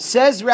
Says